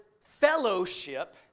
fellowship